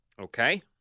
Okay